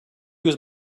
was